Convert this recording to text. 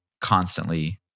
constantly